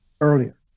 earlier